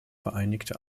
vereinigte